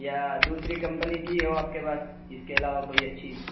یا دوسری کمپنی کی ہو آپ کے پاس اس کے علاوہ کوئی اچھی